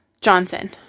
Johnson